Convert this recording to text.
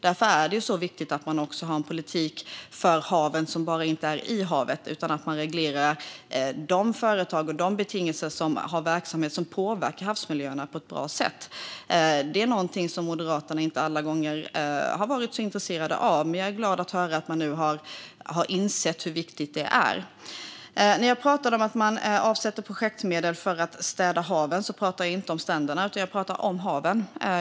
Det är därför viktigt att man har en politik för haven som inte bara är i havet utan på ett bra sätt reglerar de betingelser och de företag som har verksamhet som påverkar havsmiljöerna. Detta är något som Moderaterna inte alla gånger har varit så intresserade av, men jag är glad att höra att man nu har insett hur viktigt detta är. När jag pratar om att man avsätter projektmedel för att städa haven pratar jag inte om stränderna utan om haven.